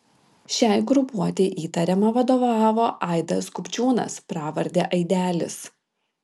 šiai grupuotei įtariama vadovavo aidas kupčiūnas pravarde aidelis